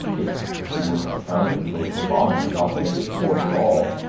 if he would not founder and go to the bottom and not make his port at all,